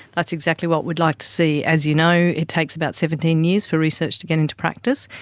that's exactly what we like to see. as you know, it takes about seventeen years for research to get into practice.